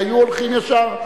כי היו הולכים ישר,